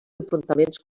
enfrontaments